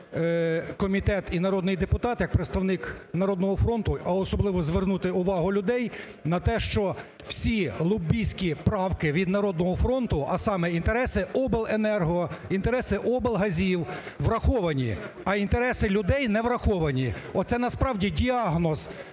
вказаний комітет і народний депутат як представник "Народного фронту", а особливо звернути увагу людей на те, що всі лобістські правки від "Народного фронту", а саме: інтереси обленерго, інтереси облгазів враховані, а інтереси людей не враховані. Оце, насправді, діагноз,